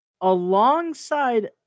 alongside